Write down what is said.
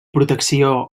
protecció